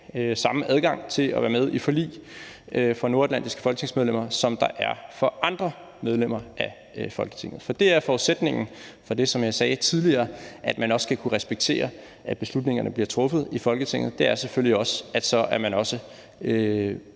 samme adgang til at være med i forlig for nordatlantiske folketingsmedlemmer, som der er for andre medlemmer af Folketinget, for det er forudsætningen. For som jeg sagde tidligere, skal man kunne respektere, at beslutningerne bliver truffet i Folketinget, og så er forudsætningen selvfølgelig også, at man så